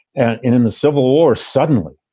and in in the civil war, suddenly